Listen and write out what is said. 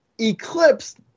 eclipsed